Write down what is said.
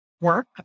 work